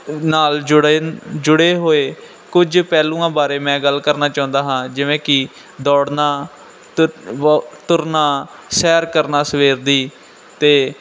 ਨਾਲ ਜੁੜਨ ਜੁੜੇ ਹੋਏ ਕੁਝ ਪਹਿਲੂਆਂ ਬਾਰੇ ਮੈਂ ਗੱਲ ਕਰਨਾ ਚਾਹੁੰਦਾ ਹਾਂ ਜਿਵੇਂ ਕਿ ਦੌੜਨਾ ਤੁਰ ਵਾਕ ਤੁਰਨਾ ਸੈਰ ਕਰਨਾ ਸਵੇਰ ਦੀ ਅਤੇ